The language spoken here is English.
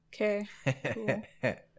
Okay